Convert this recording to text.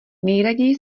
nejraději